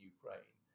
Ukraine